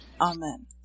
Amen